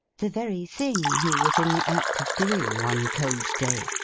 the very thing he was in the act of doing one cold day,